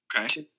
Okay